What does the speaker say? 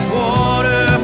water